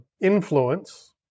influence